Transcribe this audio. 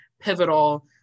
pivotal